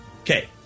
Okay